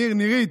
ניר, נירית.